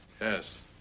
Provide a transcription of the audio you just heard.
Yes